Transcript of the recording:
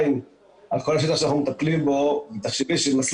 עדיין תחשבי שעם כל השטח שאנחנו מטפלים בו,